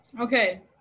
Okay